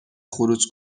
خروج